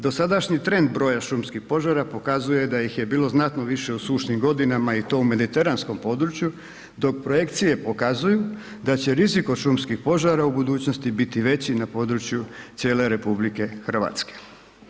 Dosadašnji trend broja šumskih požara pokazuje da ih je bilo znatno više u sušnim godinama, i to u mediteranskom području, dok projekcije pokazuju da će rizik od šumskih požara u budućnosti biti veći na području cijele Republike Hrvatske.